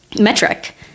metric